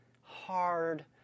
hard